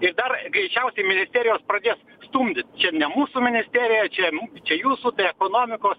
ir dar greičiausiai ministerijos pradės stumdyt čia ne mūsų ministerija čia čia jūsų tai ekonomikos